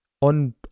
on